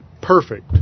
perfect